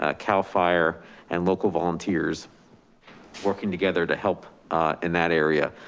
ah cal fire and local volunteers working together to help in that area.